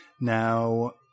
Now